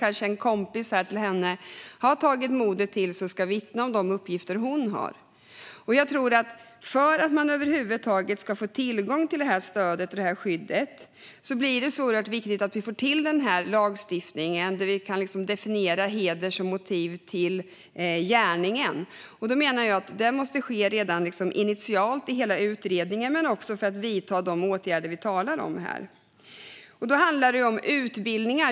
Kanske har en kompis till henne tagit mod till sig och ska vittna om de uppgifter hon har lämnat. För att man över huvud taget ska få tillgång till stödet och skyddet är det oerhört viktigt att vi får till denna lagstiftning, där vi kan definiera heder som motiv till gärningen. Det måste, menar jag, ske initialt i utredningen, men också för att de åtgärder vi talar om här ska kunna vidtas. Det handlar om utbildning.